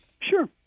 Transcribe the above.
Sure